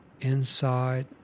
inside